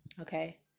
Okay